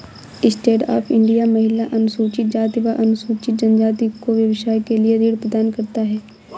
stand up India महिला, अनुसूचित जाति व अनुसूचित जनजाति को व्यवसाय के लिए ऋण प्रदान करता है